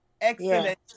Excellent